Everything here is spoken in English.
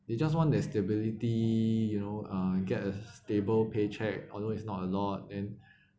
they just want their stability you know uh get a stable paycheck although it's not a lot then